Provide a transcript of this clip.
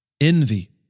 envy